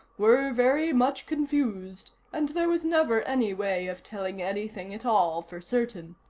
were very much confused, and there was never any way of telling anything at all, for certain.